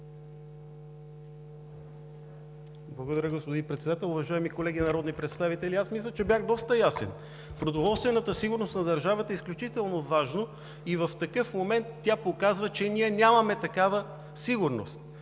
Благодаря, господин Председател. Уважаеми колеги народни представители! Аз мисля, че бях доста ясен. Продоволствената сигурност на държавата е изключително важна и в такъв момент тя показва, че ние нямаме такава сигурност.